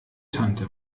tante